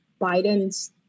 Biden's